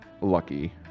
lucky